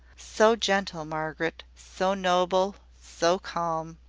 so gentle, margaret! so noble! so calm!